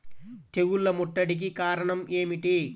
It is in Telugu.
తెగుళ్ల ముట్టడికి కారణం ఏమిటి?